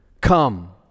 come